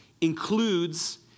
includes